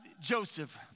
Joseph